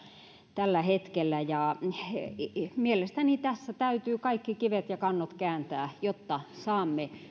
tällä hetkellä mielestäni tässä täytyy kaikki kivet ja kannot kääntää jotta saamme